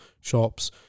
shops